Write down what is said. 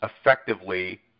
effectively